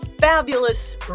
fabulous